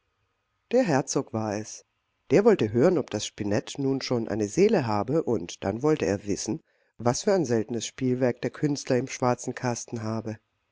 der herzog war es der wollte hören ob das spinett nun schon eine seele habe und dann wollte er wissen was für ein seltenes spielwerk der künstler im schwarzen kasten habe